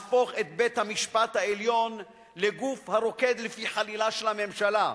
להפוך את בית-המשפט העליון לגוף הרוקד לפי חלילה של הממשלה.